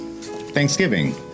Thanksgiving